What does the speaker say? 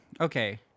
okay